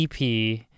EP